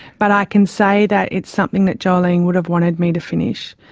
but i can say that it's something that jolene would have wanted me to finish,